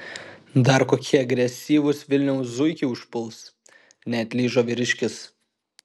dar kokie agresyvūs vilniaus zuikiai užpuls neatlyžo vyriškis